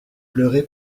pleuré